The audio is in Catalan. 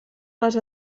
les